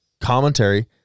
commentary